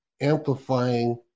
amplifying